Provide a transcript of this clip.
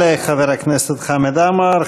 תודה לחבר הכנסת חמד עמאר.